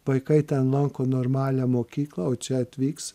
vaikai ten lanko normalią mokyklą o čia atvyks